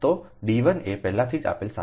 તો d 1 એ પહેલાથી જ આપેલ 7